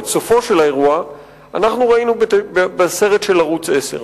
את סופו של האירוע ראינו בסרט של ערוץ-10.